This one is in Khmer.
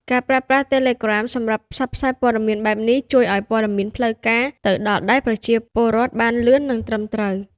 ការប្រើប្រាស់ Telegram សម្រាប់ផ្សព្វផ្សាយព័ត៌មានបែបនេះ ជួយឲ្យព័ត៌មានផ្លូវការទៅដល់ដៃប្រជាពលរដ្ឋបានលឿន និងត្រឹមត្រូវ។